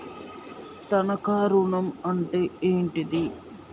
తనఖా ఋణం అంటే ఏంటిది?